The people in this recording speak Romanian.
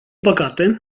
păcate